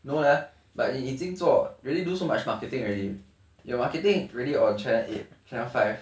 no leh but 你已经做 really do so much marketing already your marketing really on chair it cannot find